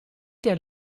der